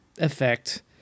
effect